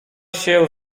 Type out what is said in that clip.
się